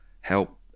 help